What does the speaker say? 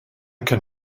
can